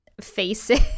faces